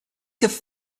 have